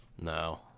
no